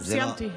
סיימתי.